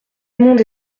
monde